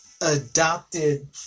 adopted